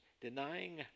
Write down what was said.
denying